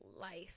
life